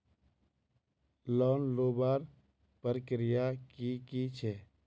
Loan लुबार प्रक्रिया की की छे?